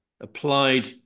applied